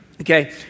okay